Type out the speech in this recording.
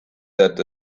that